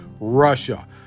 Russia